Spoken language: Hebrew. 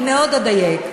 אני מאוד אדייק.